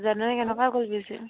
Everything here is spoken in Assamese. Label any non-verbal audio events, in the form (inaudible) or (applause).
(unintelligible)